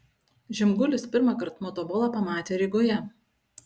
žemgulis pirmąkart motobolą pamatė rygoje